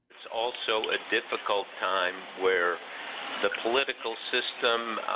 it's also a difficult time, where the political system,